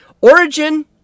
origin